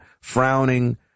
frowning